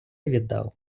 віддав